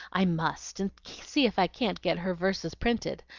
i must! and see if i can't get her verses printed.